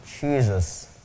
Jesus